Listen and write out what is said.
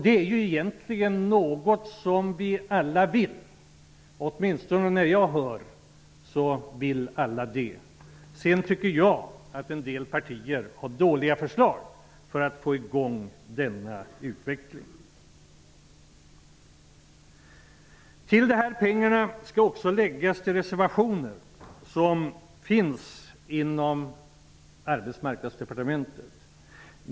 Det är ju något som vi alla egentligen vill; åtminstone vill alla det när jag hör på. Men jag tycker att en del partier ställer förslag som är dåliga om man vill få i gång denna utveckling. Till dessa pengar skall också läggas de reservationer som finns inom Arbetsmarknadsdepartementet.